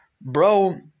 bro